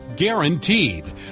Guaranteed